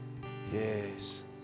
yes